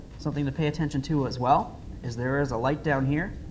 something to pay attention to as well is there is a light down here,